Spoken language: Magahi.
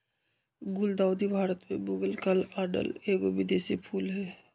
गुलदाऊदी भारत में मुगल काल आनल एगो विदेशी फूल हइ